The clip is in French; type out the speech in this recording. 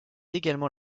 également